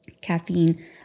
caffeine